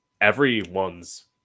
everyone's